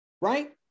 right